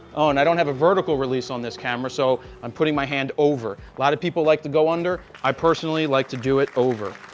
and i don't have a vertical release on this camera, so i'm putting my hand over. a lot of people like to go under. i personally like to do it over.